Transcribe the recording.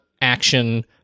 action